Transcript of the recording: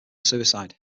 suicide